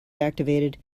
activated